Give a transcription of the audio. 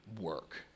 work